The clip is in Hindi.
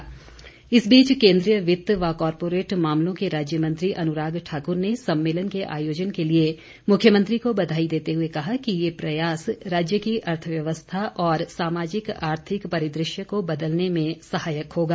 अनुराग ठाकुर इस बीच कोन्द्रीय वित्त व कॉरपोरेट मामलों के राज्य मंत्री अनुराग ठाकुर ने सम्मेलन के आयोजन के लिए मुख्यमंत्री को बधाई देते हुए कहा कि ये प्रयास राज्य की अर्थव्यवस्था और सामाजिक आर्थिक परिदृश्य को बदलने में सहायक होगा